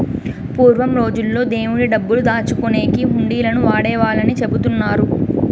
పూర్వం రోజుల్లో దేవుడి డబ్బులు దాచుకునేకి హుండీలను వాడేవాళ్ళని చెబుతున్నారు